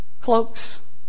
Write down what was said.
cloaks